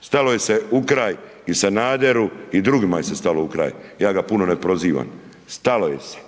Stalo se u kraj i Sanaderu i drugim se stalo u kraj. Ja ga puno ne prozivam. Stalo je se